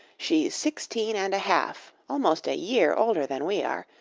she's sixteen and a half almost a year older than we are.